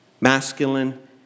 masculine